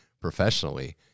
professionally